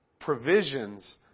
provisions